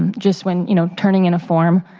um just when you know turning in a form,